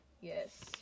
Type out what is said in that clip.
Yes